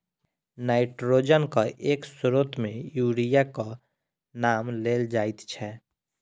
नाइट्रोजनक एक स्रोत मे यूरियाक नाम लेल जाइत छै